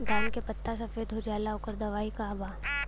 धान के पत्ता सफेद हो जाला ओकर दवाई का बा?